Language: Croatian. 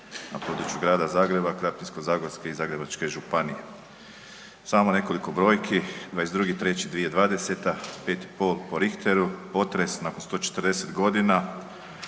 na području Grada Zagreba, Krapinsko-zagorske i Zagrebačke županije. Samo nekoliko brojki, 22.3.2020., 5,5 po Richteru, potres nakon 140.g.,